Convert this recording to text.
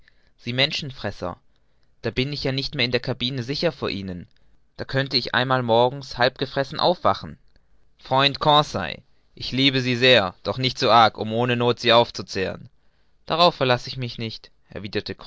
sie menschenfresser dann bin ich ja nicht mehr in der cabine sicher vor ihnen da könnte ich einmal morgens halb gefressen aufwachen freund conseil ich liebe sie sehr doch nicht so arg um ohne noth sie aufzuzehren darauf verlaß ich mich nicht